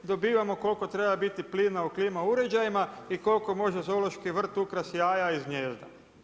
Dobivamo koliko treba biti plina u klima uređajima i koliko može Zoološki vrt ukrasti jaja iz gnijezda.